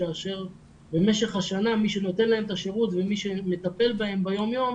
כאשר במשך השנה מי שנותן להם את השירות ומי שמטפל בהן ביום יום,